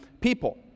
people